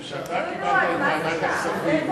כשאתה קיבלת את ועדת הכספים,